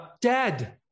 dead